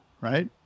Right